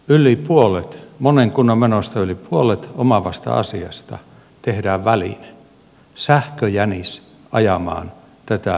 yli puolet monen kunnan menoista yli puolet omaavasta asiasta tehdään väline sähköjänis ajamaan tätä kuntarakennetta kasaan